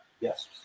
yes